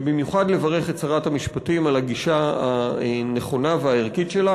ובמיוחד לברך את שרת המשפטים על הגישה הנכונה והערכית שלה.